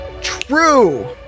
True